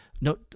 no